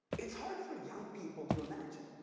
it's hard for young people to imagine.